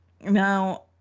now